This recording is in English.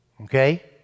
okay